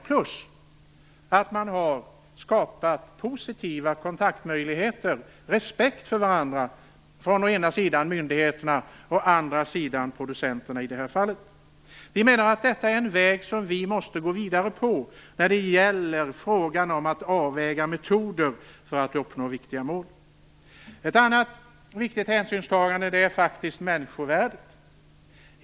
Dessutom har man skapat positiva kontaktmöjligheter och respekt för varandra mellan i det här fallet myndigheterna och producenterna. Vi menar att detta är en väg som vi måste gå vidare på när det gäller frågan om att avväga metoder för att uppnå viktiga mål. Ett annat viktigt hänsynstagande är människovärdet.